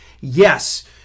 yes